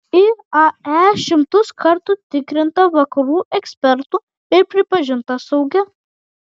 iae šimtus kartų tikrinta vakarų ekspertų ir pripažinta saugia